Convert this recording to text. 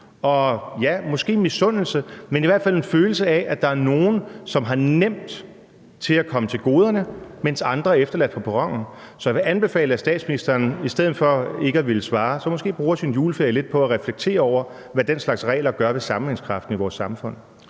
og ja, måske misundelse, men i hvert fald en følelse af, at der er nogle, som har nemt ved at komme til goderne, mens andre er efterladt på perronen. Så jeg vil anbefale, at statsministeren i stedet for ikke at ville svare så måske bruger sin juleferie på at reflektere lidt over, hvad den slags regler gør ved sammenhængskraften i vores samfund.